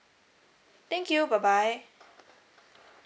thank you bye bye